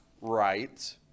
right